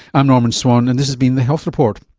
i'm norman swan and this has been the health report.